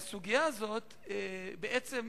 בעצם,